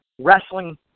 wrestling